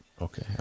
Okay